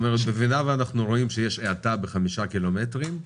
כלומר במידה ואנחנו רואים שיש האטה ב-5 קמ"ש,